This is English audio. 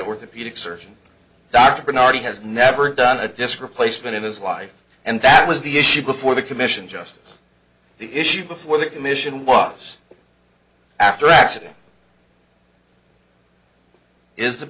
orthopedic surgeon dr bernardi has never done a disk replacement in his life and that was the issue before the commission justice the issue before the commission was after accident is